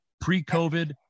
pre-COVID